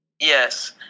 Yes